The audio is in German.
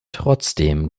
trotzdem